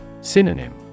Synonym